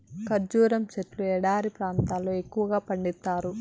ఖర్జూరం సెట్లు ఎడారి ప్రాంతాల్లో ఎక్కువగా పండిత్తారు